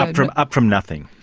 up from up from nothing.